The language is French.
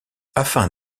afin